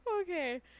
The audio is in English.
Okay